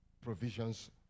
provisions